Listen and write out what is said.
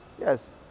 yes